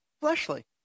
fleshly